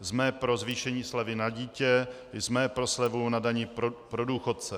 Jsme pro zvýšení slevy na dítě, jsme pro slevu na dani pro důchodce.